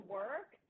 work